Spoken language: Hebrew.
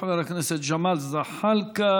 חבר הכנסת ג'מאל זחאלקה,